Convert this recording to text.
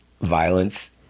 violence